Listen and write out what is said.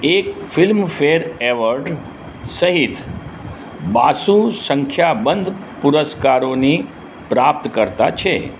એક Filmfare award સહિત બાસુ સંખ્યાબંધ પુરસ્કારોની પ્રાપ્તકર્તા છે